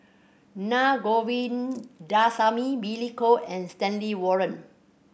Na Govindasamy Billy Koh and Stanley Warren